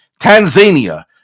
Tanzania